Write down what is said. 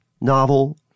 novel